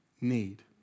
need